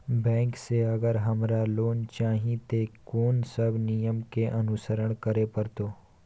Bank से अगर हमरा लोन चाही ते कोन सब नियम के अनुसरण करे परतै?